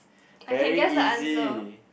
I can guess the answer